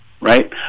right